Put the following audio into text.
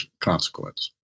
consequence